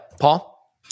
Paul